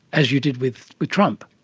as you did with with trump,